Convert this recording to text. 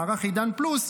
מערך עידן פלוס.